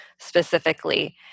specifically